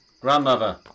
Grandmother